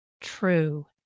true